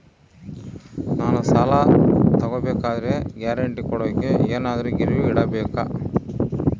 ನಾನು ಸಾಲ ತಗೋಬೇಕಾದರೆ ಗ್ಯಾರಂಟಿ ಕೊಡೋಕೆ ಏನಾದ್ರೂ ಗಿರಿವಿ ಇಡಬೇಕಾ?